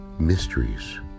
mysteries